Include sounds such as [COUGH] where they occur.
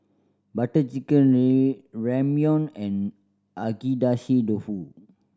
Butter Chicken [UNINTELLIGIBLE] Ramyeon and Agedashi Dofu